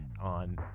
on